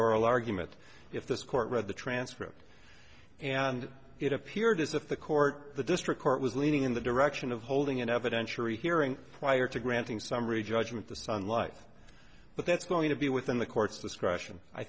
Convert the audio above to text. oral argument if this court read the transcript and it appeared as if the court the district court was leaning in the direction of holding an evidentiary hearing prior to granting summary judgment the sun life but that's going to be within the court's discretion i